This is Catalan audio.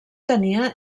tenia